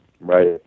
Right